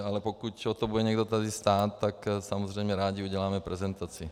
Ale pokud o to bude někdo tady stát, tak samozřejmě rádi uděláme prezentaci.